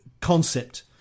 concept